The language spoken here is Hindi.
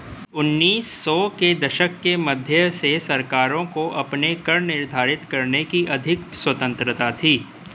उन्नीस सौ के दशक के मध्य से सरकारों को अपने कर निर्धारित करने की अधिक स्वतंत्रता थी